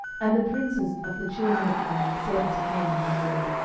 and the princes of the children of ammon said unto hanun their lord,